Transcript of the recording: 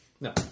No